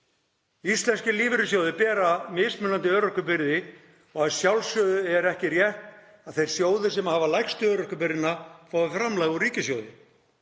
Íslenskir lífeyrissjóðir bera mismunandi örorkubyrði og að sjálfsögðu er ekki rétt að þeir sjóðir sem hafa lægstu örorkubyrðina fái framlag úr ríkissjóði.